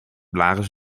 blaren